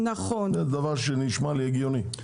זה נשמע לי הגיוני.